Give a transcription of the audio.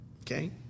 Okay